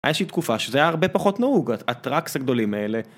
הייתה איזושהי תקופה שזה היה הרבה פחות נהוג, הטראקס הגדולים האלה.